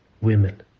women